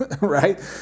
right